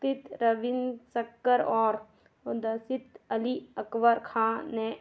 तित रविन सक्कर और वो दर्शित अली अकबर ख़ाँ ने